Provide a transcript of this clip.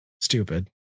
stupid